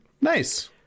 Nice